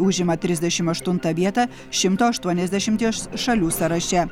užima trisdešimt aštuntą vietą šimto aštuoniasdešimties šalių sąraše